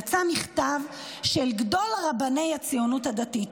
יצא מכתב של גדול רבני הציונות הדתית,